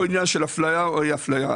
אין כאן עניין של אפליה או אי אפליה.